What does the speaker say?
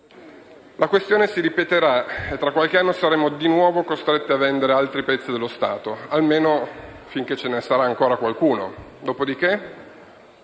La questione si ripeterà e tra qualche anno saremo di nuovo costretti a vendere altri pezzi dello Stato, almeno finché ce ne sarà ancora qualcuno. Dopodiché?